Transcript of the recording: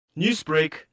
Newsbreak